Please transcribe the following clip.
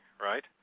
right